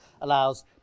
allows